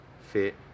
fit